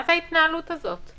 מה זה ההתנהלות הזאת?